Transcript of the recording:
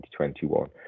2021